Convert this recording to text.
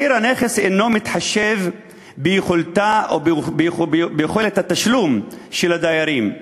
מחיר הנכס אינו מתחשב ביכולת התשלום של הדיירים.